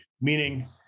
meaning